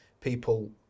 people